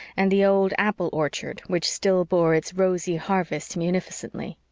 and the old apple orchard which still bore its rosy harvests munificently.